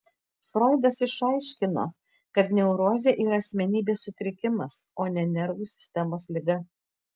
froidas išaiškino kad neurozė yra asmenybės sutrikimas o ne nervų sistemos liga